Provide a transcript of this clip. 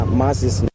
masses